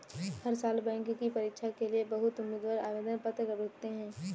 हर साल बैंक की परीक्षा के लिए बहुत उम्मीदवार आवेदन पत्र भरते हैं